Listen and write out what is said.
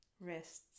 wrists